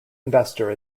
investor